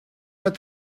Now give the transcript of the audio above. but